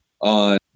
on